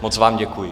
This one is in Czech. Moc vám děkuji.